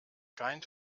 scheint